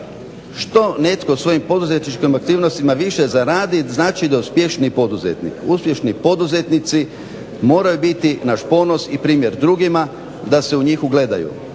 Što netko u svojim poduzetničkim aktivnostima više zaradi znači da je uspješniji poduzetnik. Uspješni poduzetnici moraju biti naš ponos i primjer drugima da se u njih ugledaju.